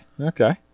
Okay